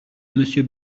monsieur